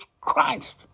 Christ